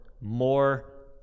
more